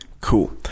cool